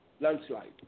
landslide